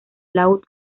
laúd